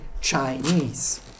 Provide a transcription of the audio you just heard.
Chinese